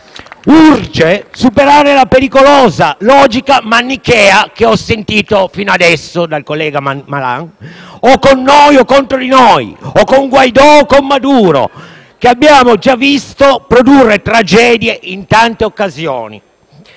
urge superare la pericolosa logica manichea che ho ascoltato fino ad ora dal collega Malan - o con noi o contro di noi, o con Guaidó o con Maduro - che abbiamo già visto produrre tragedie in tante occasioni,